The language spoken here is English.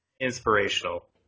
Inspirational